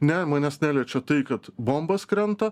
ne manęs neliečia tai kad bombos krenta